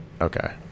okay